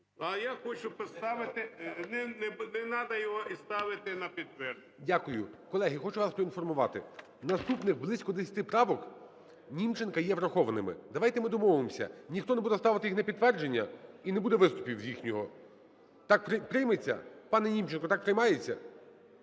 А я хочу поставити… Не треба його і ставити на підтвердження. ГОЛОВУЮЧИЙ. Дякую. Колеги, хочу вас поінформувати. Наступних близько 10 правок Німченка є врахованими. Давайте ми домовимося, ніхто не буде ставити їх на підтвердження і не буде виступів з їхнього. Так прийметься? Пане Німченко, так приймається?